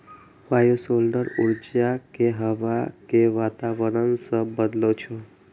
bioshelter ऊर्जा कें हवा के वातावरण सं बदलै छै